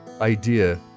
idea